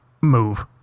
move